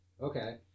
Okay